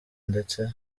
ndetse